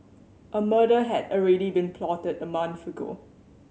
a murder had already been plotted a month ago